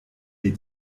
les